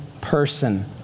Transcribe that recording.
person